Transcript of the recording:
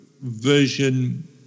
version